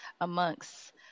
amongst